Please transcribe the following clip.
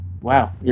Wow